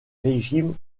régimes